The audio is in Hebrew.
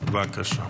יכול לקרות?